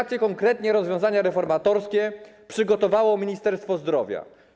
Jakie konkretnie rozwiązania reformatorskie przygotowało Ministerstwo Zdrowia?